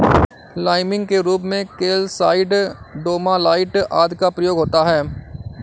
liming के रूप में कैल्साइट, डोमालाइट आदि का प्रयोग होता है